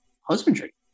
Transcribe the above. husbandry